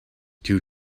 two